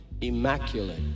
immaculate